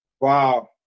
Wow